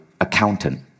accountant